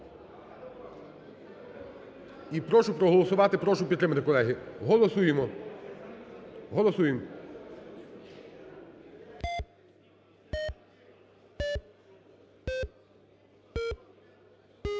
І прошу проголосувати, прошу підтримати, колеги. Голосуємо, голосуємо.